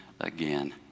again